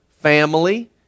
family